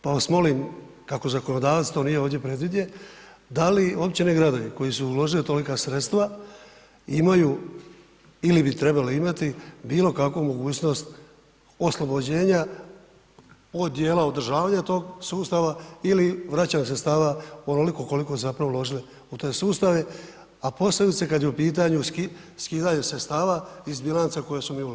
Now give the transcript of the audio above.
Pa vas molim, kako zakonodavstvo nije ovdje predviđen, da li općine i gradovi, koji su uložili tolika sredstva imaju ili bi trebale imati bilo kakvu mogućnost oslobođenja od dijela održavanja tog sustava ili vraćanje sredstava onoliko koliko su zapravo uložili u te sustave, a posebice kad je u pitanju skidanje sredstava iz bilanca koje su oni uložili.